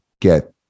get